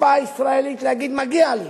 החוצפה הישראלית להגיד: מגיע לי.